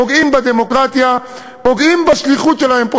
פוגעים בדמוקרטיה ופוגעים בשליחות שלהם פה,